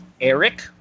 Eric